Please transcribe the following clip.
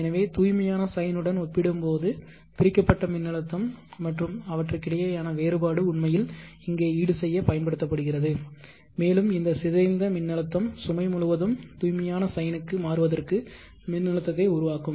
எனவே தூய்மையான சைனுடன் ஒப்பிடும்போது பிரிக்கப்பட்ட மின்னழுத்தம் மற்றும் அவற்றுக்கிடையேயான வேறுபாடு உண்மையில் இங்கே ஈடுசெய்ய பயன்படுத்தப்படுகிறது மேலும் இந்த சிதைந்த மின்னழுத்தம் சுமை முழுவதும் தூய்மையான சைனுக்கு மாறுவதற்கு மின்னழுத்தத்தை உருவாக்கும்